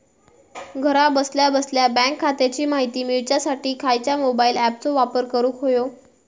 घरा बसल्या बसल्या बँक खात्याची माहिती मिळाच्यासाठी खायच्या मोबाईल ॲपाचो वापर करूक होयो?